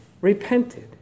repented